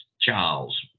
Charles